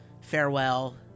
farewell